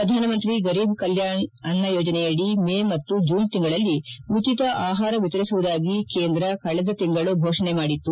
ಪ್ರಧಾನಮಂತ್ರಿ ಗರೀಬ್ ಕಲ್ಲಾಣ್ ಅನ್ನ ಯೋಜನೆಯಡಿ ಮೇ ಮತ್ತು ಜೂನ್ ತಿಂಗಳಲ್ಲಿ ಉಚಿತ ಆಹಾರ ವಿತರಿಸುವುದಾಗಿ ಕೇಂದ್ರ ಕಳೆದ ತಿಂಗಳು ಘೋಷಿಸಿತ್ತು